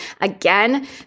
Again